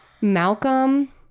Malcolm